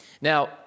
Now